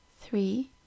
three